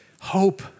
hope